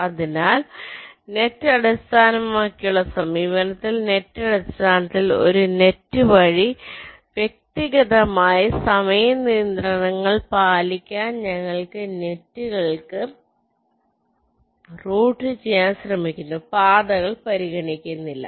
അതിനാൽ നെറ്റ് അടിസ്ഥാനമാക്കിയുള്ള സമീപനത്തിൽ നെറ്റ് അടിസ്ഥാനത്തിൽ ഒരു നെറ്റ് വഴി വ്യക്തിഗതമായി സമയ നിയന്ത്രണങ്ങൾ പാലിക്കാൻ ഞങ്ങൾ നെറ്റുകൾ റൂട്ട് ചെയ്യാൻ ശ്രമിക്കുന്നു പാതകൾ പരിഗണിക്കുന്നില്ല